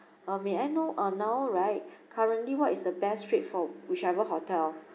uh may I know uh now right currently what is the best rate for whichever hotel